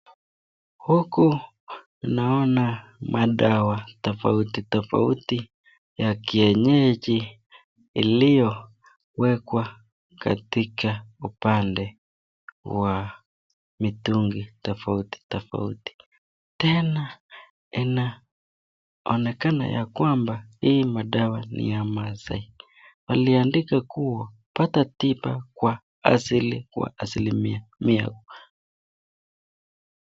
Huku naona madawa tofauti tofauti ya kienyeji ilio wekwa katika upande wa mitungi tofauti tofauti. Tena inaonekana ya kwamba hii madawa ni ya maasai waliandika kwamba pata tiba kwa asilimia mia